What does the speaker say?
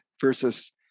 versus